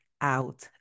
out